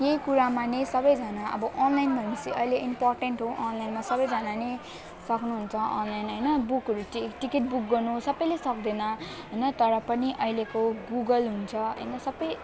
यही कुरामा नै सबैजाना अब अनलाइन भनेपछि अहिले इम्पोर्टेन्ट हो अनलाइनमा सबैजाना नै सक्नुहुन्छ अनलाइन हैन बुकहरू टि टिकट बुक गर्नु सबैले सक्दैन हैन तर पनि आहिलेको गुगल हुन्छ हैन सबै